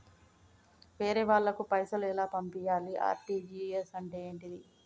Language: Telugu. వేరే వాళ్ళకు పైసలు ఎలా పంపియ్యాలి? ఆర్.టి.జి.ఎస్ అంటే ఏంటిది?